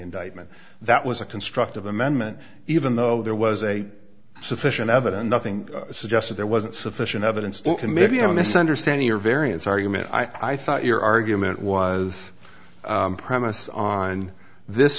indictment that was a constructive amendment even though there was a sufficient evidence nothing suggested there wasn't sufficient evidence to can maybe i'm misunderstanding your variance argument i thought your argument was premised on this